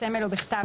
בסמל או בכתב,